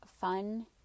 fun